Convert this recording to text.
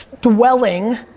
dwelling